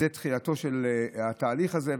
זו תחילתו של התהליך הזה,